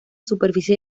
superficie